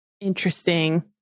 Interesting